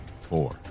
four